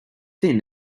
thin